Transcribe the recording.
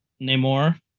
Namor